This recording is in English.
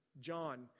John